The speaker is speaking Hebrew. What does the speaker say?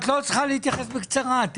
את לא צריכה להתייחס בקצרה.